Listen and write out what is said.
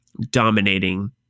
dominating